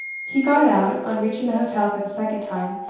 he got out, on reaching the hotel for the second time,